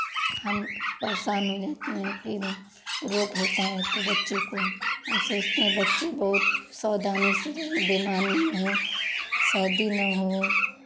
हम परेशान हो जाते हैं कि रोग होता है तो बच्चे को हम सोचते हैं बच्चे बहुत सावधानी से रहें बीमार ना हों सर्दी ना हो